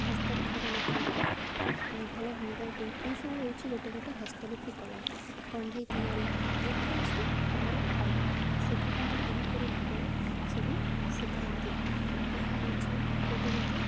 ହସ୍ତାକ୍ଷର ଲେଖନ୍ ଭଲ ହ୍ୟାଣ୍ଡରାଇଟିଂ ଏଇସବୁ ହେଉଛି ଗୋଟେ ଗୋଟେ ହସ୍ତଲିପି କଳା କଣ୍ଢେଇ ତିଆରି ଏଇଟା ହେଉଛି ଆମର କଳା ଶିକ୍ଷକମାନେ ଏହିପରି ଭାବରେ ସବୁ ଶିଖାନ୍ତି ଏହା ହେଉଛି ଗୋଟେ ଗୋଟିଏ